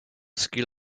skill